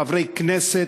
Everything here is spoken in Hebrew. חברי כנסת,